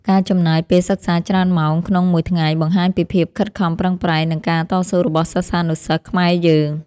ការចំណាយពេលសិក្សាច្រើនម៉ោងក្នុងមួយថ្ងៃបង្ហាញពីភាពខិតខំប្រឹងប្រែងនិងការតស៊ូរបស់សិស្សានុសិស្សខ្មែរយើង។